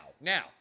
Now